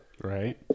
right